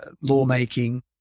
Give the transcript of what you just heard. lawmaking